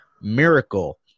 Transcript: Miracle